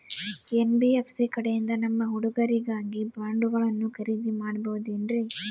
NBFC ಕಡೆಯಿಂದ ನಮ್ಮ ಹುಡುಗರಿಗಾಗಿ ಬಾಂಡುಗಳನ್ನ ಖರೇದಿ ಮಾಡಬಹುದೇನ್ರಿ?